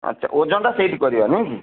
ଆଚ୍ଛା ଓଜନଟା ସେଇଠି କରିବା ନୁହଁ କି